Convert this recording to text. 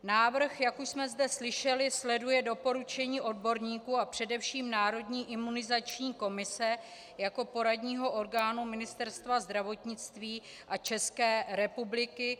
Návrh, jak už jsme zde slyšeli, sleduje doporučení odborníků a především Národní imunizační komise jako poradního orgánu Ministerstva zdravotnictví České republiky.